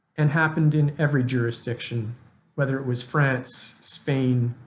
and happened in every jurisdiction whether it was france, spain,